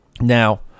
Now